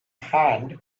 hand